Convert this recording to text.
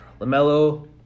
LaMelo